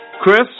Chris